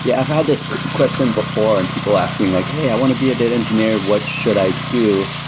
yeah, i've had this question before and people asking like, hey, i want to be a data engineer. what should i do?